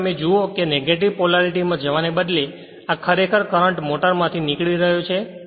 જો તમે જુઓ કે નેગેટિવ પોલારિટી માં જવાને ના બદલે આ ખરેખર કરંટ મોટર માંથી નીકળી રહ્યો છે